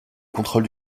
contrôle